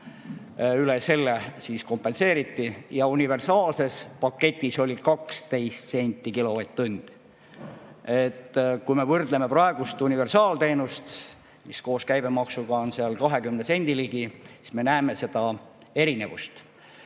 üle selle kompenseeriti, ja universaalses paketis oli 12 see senti kilovatt-tund. Kui me võrdleme praegust universaalteenust, mis koos käibemaksuga on seal 20 sendi ligi, siis me näeme erinevust.